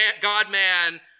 God-man